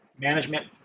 management